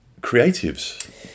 creatives